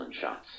shots